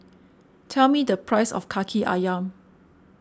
tell me the price of Kaki Ayam